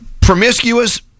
Promiscuous